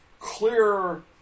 clear